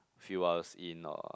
few hours in or